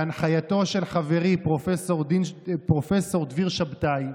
בהנחייתו של חברי פרופ' דביר שבתאי,